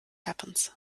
happens